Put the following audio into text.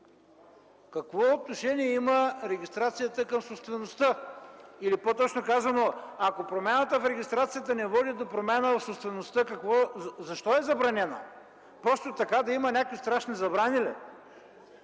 Какво отношение има регистрацията към собствеността или по-точно казано: ако промяната в регистрацията не води до промяна в собствеността, защо е забранена? Просто така, за да има някакви страшни забрани ли?